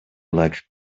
like